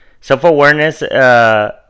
Self-awareness